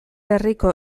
herriko